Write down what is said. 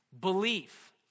Belief